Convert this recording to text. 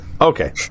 Okay